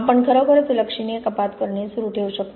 आपण खरोखरच लक्षणीय कपात करणे सुरू ठेवू शकतो